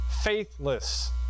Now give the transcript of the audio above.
faithless